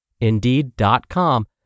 Indeed.com